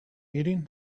eating